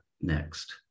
next